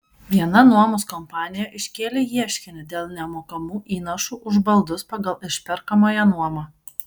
viena nuomos kompanija iškėlė ieškinį dėl nemokamų įnašų už baldus pagal išperkamąją nuomą